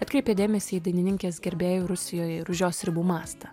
atkreipė dėmesį į dainininkės gerbėjų rusijoje ir už jos ribų mastą